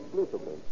exclusively